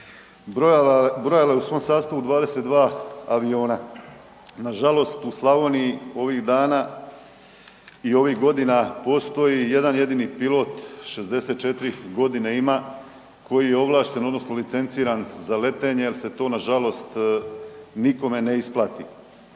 brojala je u svom sastavu 22 aviona. Nažalost u Slavoniji ovih dana i ovih godina postoji jedan jedini pilot, 64 godine ima koji je ovlašten odnosno licenciran za letenje jel se to nažalost nikome ne isplati.